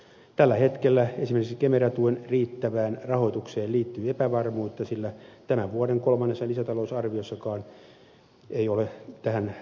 tällä hetkellä esimerkiksi kemera tuen riittävään rahoitukseen liittyy epävarmuutta sillä tämän vuoden kolmannessa lisätalousarviossakaan ei ole tähän rahaa esitetty